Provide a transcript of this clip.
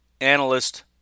analyst